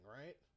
right